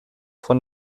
von